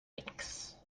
licks